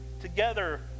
Together